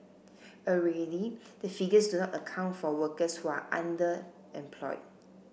already the figures do not account for workers who are underemployed